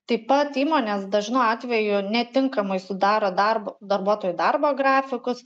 taip pat įmonės dažnu atveju netinkamai sudaro darbo darbuotojų darbo grafikus